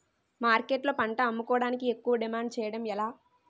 మార్కెట్లో పంట అమ్ముకోడానికి ఎక్కువ డిమాండ్ చేయడం ఎలా?